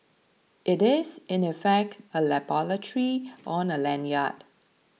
it is in effect a laboratory on a lanyard